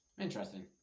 Interesting